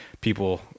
people